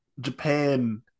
Japan